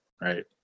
right